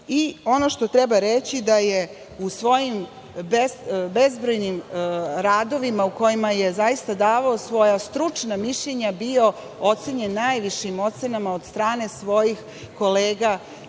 Koreli. Treba reći da je u svojim bezbrojnim radovima u kojima je davao svoja stručna mišljenja bio ocenjen najvišim ocenama od strane svojih kolega